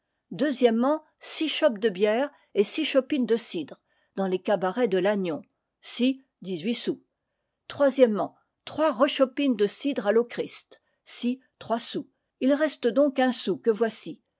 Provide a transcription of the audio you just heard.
six chopes de bière et six chopines de cidre dans les cabarets de lannion ci dix-huit sous trois rechopines de cidre à lochrist ci trois sous il reste donc un sou que voici